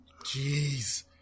Jeez